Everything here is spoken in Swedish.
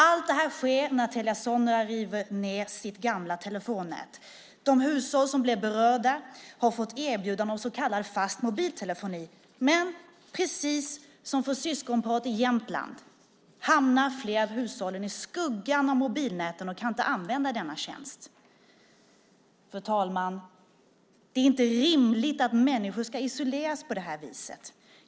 Allt det här sker när Telia Sonera river ned sitt gamla telefonnät. De hushåll som blir berörda har fått erbjudande om så kallad fast mobiltelefoni, men precis som för syskonparet i Jämtland hamnar flera av hushållen i skuggan av mobilnäten och kan inte använda denna tjänst. Fru talman! Det är inte rimligt att människor ska isoleras på det här viset.